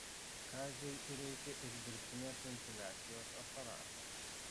kaziui reikia ir dirbtinės ventiliacijos aparato